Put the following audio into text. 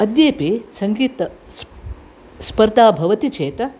अद्येपि सङ्गीतस्पर्धा भवति चेत्